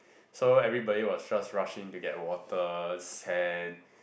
so everybody was just rushing to get water sand